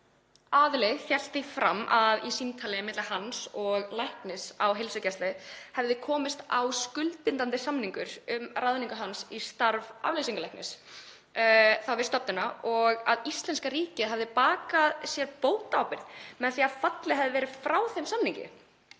aðili hélt því fram að í símtali milli hans og læknis á heilsugæslu hefði komist á skuldbindandi samningur um ráðningu hans í starf afleysingalæknis við stofnunina og að íslenska ríkið hefði bakað sér bótaábyrgð með því að fallið hefði verið frá þeim samningi.